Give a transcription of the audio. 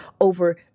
Over